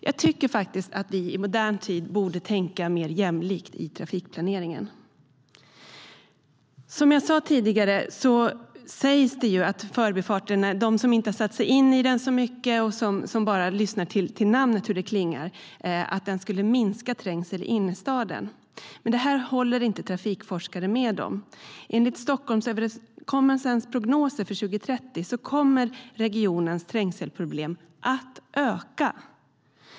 Jag tycker att vi i modern tid borde tänka mer jämlikt i trafikplaneringen. Som jag sade tidigare är det många som tror - personer som inte har satt sig in i frågan och som bara lyssnar till hur namnet på motorleden klingar - att Förbifarten skulle minska trängseln i innerstaden. Detta är inget som trafikforskare håller med om. Enligt Stockholmsöverenskommelsens prognoser för 2030 kommer regionens trängselproblem att öka.